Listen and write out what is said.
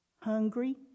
hungry